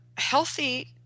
healthy